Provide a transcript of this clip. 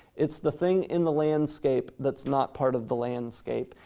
it's the thing in the landscape that's not part of the landscape,